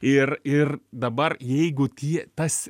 ir ir dabar jeigu tie tas